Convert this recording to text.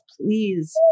please